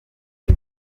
lil